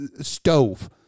stove